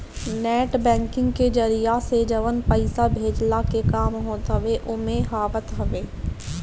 net banking के जरिया से जवन पईसा भेजला के काम होत हवे उ एमे आवत हवे